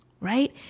right